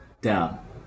Down